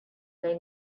they